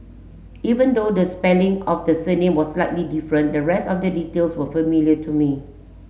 even though the spelling of the surname was slightly different the rest of the details were familiar to me